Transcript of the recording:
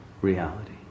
reality